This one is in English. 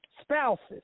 spouses